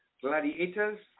Gladiators